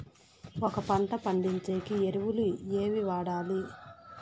ఒక పంట పండించేకి ఎరువులు ఏవి వాడాలి?